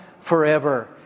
forever